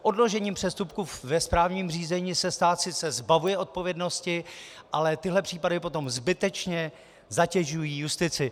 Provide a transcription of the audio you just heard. Odložením přestupku ve správním řízení se sice stát zbavuje odpovědnosti, ale tyhle případy potom zbytečně zatěžují justici.